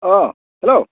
अ हेल'